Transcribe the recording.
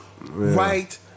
right